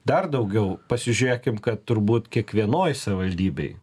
dar daugiau pasižiūrėkim kad turbūt kiekvienoj savivaldybėj